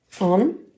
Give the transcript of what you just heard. on